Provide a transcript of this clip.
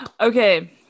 okay